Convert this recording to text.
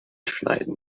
schneiden